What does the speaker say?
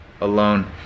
alone